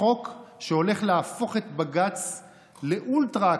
החוק שהולך להפוך את בג"ץ לאולטרה-אקטיביסטי,